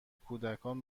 کودکان